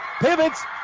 pivots